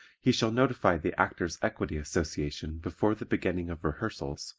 he shall notify the actors' equity association before the beginning of rehearsals